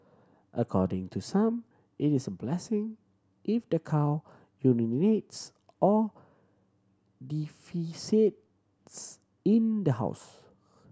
according to some it is blessing if the cow urinates or defecates in the house